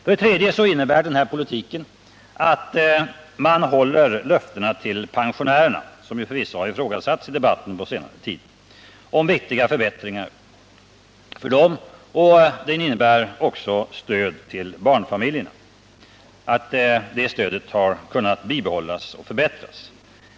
För det tredje innebär den här politiken att man håller löftena till pensionärerna om förbättringar för dem, något som förvisso har ifrågasatts i debatten på senare tid. Vidare har stödet till barnfamiljerna kunnat bibehållas och förbättras.